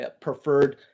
preferred